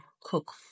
cook